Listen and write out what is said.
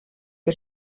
que